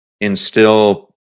instill